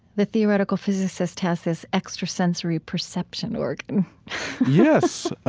the theoretical physicist has this extrasensory perception organ yes.